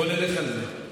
בוא נלך על זה.